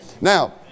Now